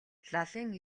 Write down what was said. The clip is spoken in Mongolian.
лалын